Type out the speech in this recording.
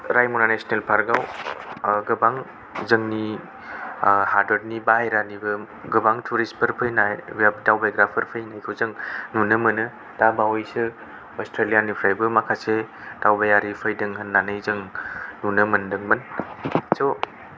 रायम'ना national park आव ओ गोबां जोंनि हादोरनि बाहेरानिबो गोबां टुरिस्ट फोर फैनाय बिराद दावबायग्राफोर फैनायखौ जों नुनो मोनो दा बावैसो असट्रेलिया निफ्रायबो माखासे दावबायारि फैदों होननानै जों नुनो मोनदोंमोन स'